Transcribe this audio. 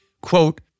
quote